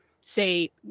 say